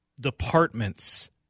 departments